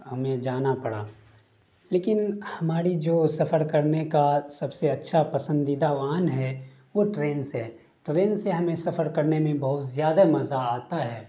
ہمیں جانا پڑا لیکن ہماری جو سفر کرنے کا سب سے اچھا پسندیدہ واہن ہے وہ ٹرین سے ہے ٹرین سے ہمیں سفر کرنے میں بہت زیادہ مزہ آتا ہے